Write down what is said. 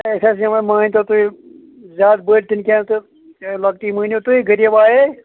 ہے أسۍ حظ یِمَے مٲنۍتو تُہۍ زیادٕ بٔڑۍ تِنہٕ کینٛہہ تہٕ لۄکٹی مٲنِو تُہۍ غریٖب آیے